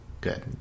Good